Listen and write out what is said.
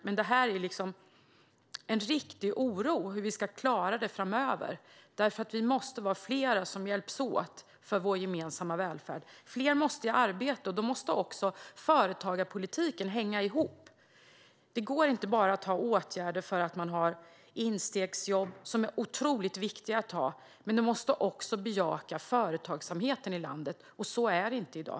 Men detta är en riktig oro för hur vi ska klara det framöver. Vi måste vara fler som hjälps åt för vår gemensamma välfärd. Fler måste i arbete, och då måste företagarpolitiken hänga ihop. Det går inte att bara vidta åtgärder som instegsjobb. De är otroligt viktiga, men man måste också bejaka företagsamheten i landet. Så är det inte i dag.